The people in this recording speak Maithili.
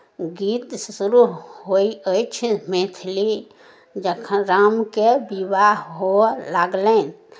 गीत शुरू होइ अछि मैथिली जखन रामके विवाह हुअ लगलनि